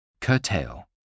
Curtail